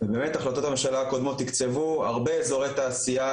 ובאמת החלטות הממשלה הקודמות תקצבו הרבה אזורי תעשייה,